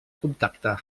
contacte